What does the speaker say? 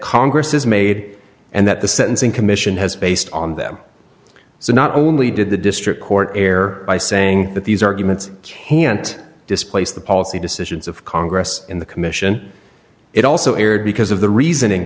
congresses made and that the sentencing commission has based on them so not only did the district court err by saying that these arguments can't displace the policy decisions of congress in the commission it also erred because of the reasoning